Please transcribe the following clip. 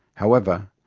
however,